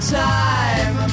time